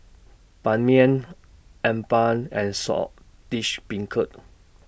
Ban Mian Appam and Saltish Beancurd